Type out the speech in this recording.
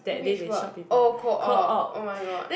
which work oh co op oh my god